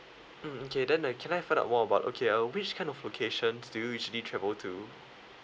mm okay then uh can I find out more about okay uh which kind of locations do you usually travel to